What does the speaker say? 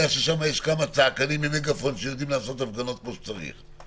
שיש שם כמה צעקנים עם מגפונים שיודעים לעשות הפגנות כמו שצריך.